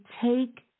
take